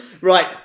Right